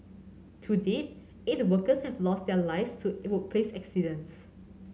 to date eight workers have lost their lives to workplace accidents